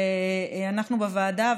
אנחנו בוועדה,